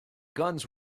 guns